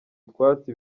utwatsi